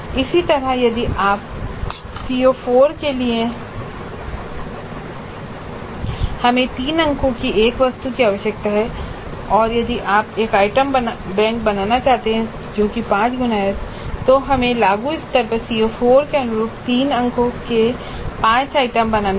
इसी तरह यदि आप देखें तो CO4 के लिए हमें 3 अंकों की एक वस्तु की आवश्यकता होती है और यदि आप एक आइटम बैंक बनाना चाहते हैं जो कि पांच गुना है तो हमें लागू स्तर पर CO4 के अनुरूप 3 अंकों के 5 आइटम बनाने होंगे